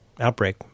outbreak